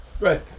Right